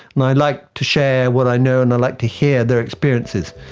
and i like to share what i know and i like to hear their experiences.